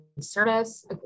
service